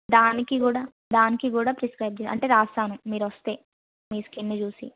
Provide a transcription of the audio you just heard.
దానికి కూడా దానికి కూడా అంటే రాస్తాను మీరు వస్తే మీ స్కీన్ని చూసి